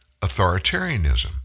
Authoritarianism